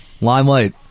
Limelight